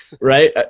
Right